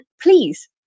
please